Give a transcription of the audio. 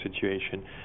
situation